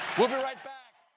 we'll be right back.